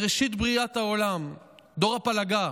בראשית בריאת העולם, דור ההפלגה,